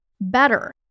better